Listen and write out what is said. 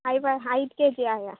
ಐವ ಐದು ಕೆಜಿ ಆಯಾ